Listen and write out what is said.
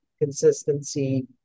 consistency